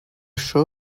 show